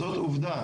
זאת עובדה,